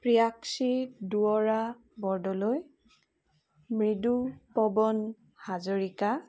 Priyakshi Duwara Bordoloi Mridupawan Hazarika